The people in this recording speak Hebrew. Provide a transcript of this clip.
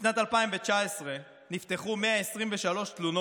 בשנת 2019 נפתחו 123 תלונות.